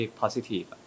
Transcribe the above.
positive